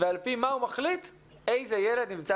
ועל פי מה הוא מחליט איזה ילד נמצא